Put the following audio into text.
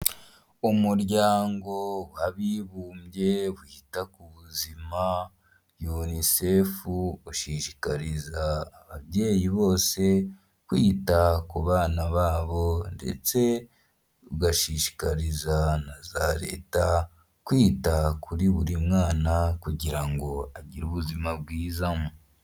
Umuryango w'abibumbye wita ku buzima yunisefu ushishikariza ababyeyi bose kwita ku bana babo, ndetse ugashishikariza na za leta kwita kuri buri mwana kugira ngo agire ubuzima bwiza.